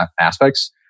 aspects